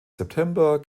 september